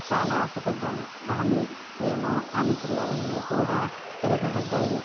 చాలా ఆశపడినాము కానీ మేము అనుకున్నవన్నీ కూడా తిరగబడినాయి